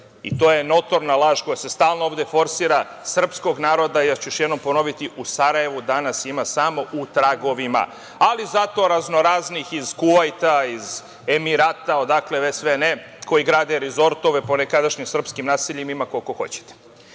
i to je notorna laž koja se stalno ovde forsira. Srpskog naroda, još jednom ću ponoviti, u Sarajevu ima samo u tragovima, ali zato razno raznih iz Kuvajta, iz Emirata, odakle već sve ne, koji grade rizortove po nekadašnjim srpskim naseljima ima koliko hoćete. Ne